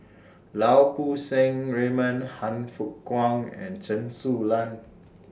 Lau Poo Seng Raymond Han Fook Kwang and Chen Su Lan